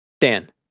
dan